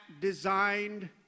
designed